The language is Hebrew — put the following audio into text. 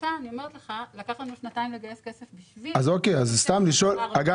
כעמותה אומרת לך שלקח לנו שנתיים לגייס כסף בשביל המדגם הזה.